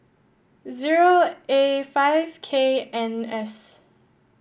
zero A five K N S